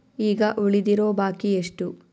ಈಗ ಉಳಿದಿರೋ ಬಾಕಿ ಎಷ್ಟು?